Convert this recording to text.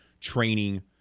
training